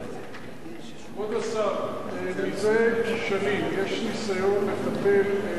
כבוד השר, מזה שנים יש ניסיון לטפל בערוצי